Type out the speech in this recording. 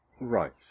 Right